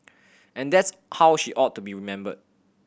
and that's how she ought to be remembered